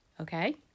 Okay